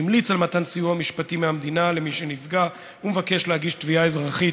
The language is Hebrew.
שהמליץ על מתן סיוע מהמדינה למי שנפגע ומבקש להגיש תביעה אזרחית